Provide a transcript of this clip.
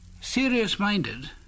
serious-minded